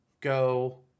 go